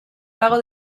pago